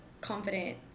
confident